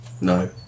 No